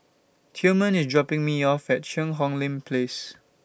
Tilman IS dropping Me off At Cheang Hong Lim Place